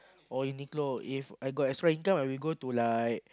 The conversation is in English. or Uniqlo If I got extra income I would go to like